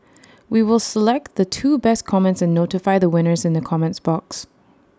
we will select the two best comments and notify the winners in the comments box